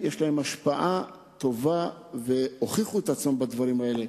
ויש להם השפעה טובה והם הוכיחו את עצמם בדברים האלה.